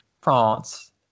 France